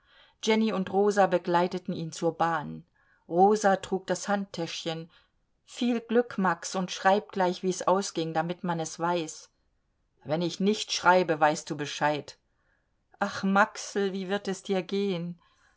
jenny und rosa begleiteten ihn zur bahn rosa trug das handtäschchen viel glück max und schreib gleich wie's ausging damit man es weiß wenn ich nicht schreibe weißt du bescheid ach maxel wie wird es dir gehen